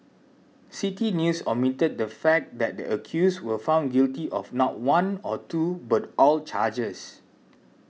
City News omitted the fact that the accused were found guilty on not one or two but all charges